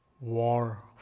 war